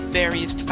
various